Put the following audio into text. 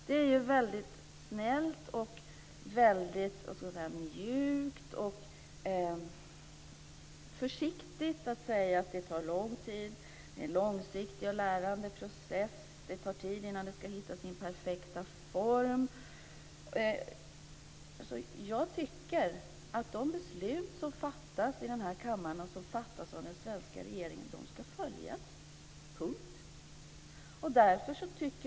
Det är ju väldigt snällt, mjukt och försiktigt att säga att det tar lång tid, att det är en långsiktig och lärande process och att det tar tid innan det hittar sin perfekta form. Jag tycker att de beslut som fattas i den här kammaren, och som fattas av den svenska regeringen, ska följas - punkt!